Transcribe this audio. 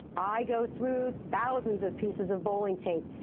i go through thousands of pieces of bowling tape.